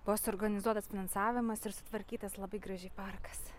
buvo suorganizuotas finansavimas ir sutvarkytas labai gražiai parkas